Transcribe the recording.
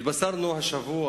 התבשרנו השבוע